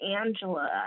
Angela